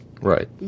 Right